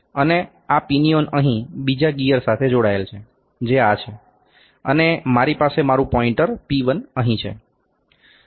અને આ પિનિઓન અહીં બીજા ગિયર સાથે જોડાયેલ છે જે આ છે અને મારી પાસે મારું પોઇન્ટર P1 અહીં છે